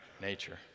nature